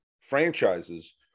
franchises